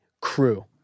crew